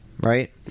right